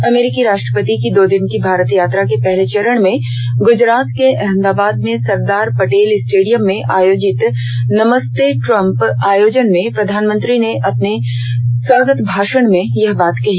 अमरीकी राष्ट्रपति की दो दिन की भारत यात्रा के पहले चरण में गुजरात के अहमदाबाद में सरदार पटेल स्टेडियम में आयोजित नमस्ते ट्रम्प आयोजन में प्रधानमंत्री ने अपने स्वागत भाषण में यह बात कही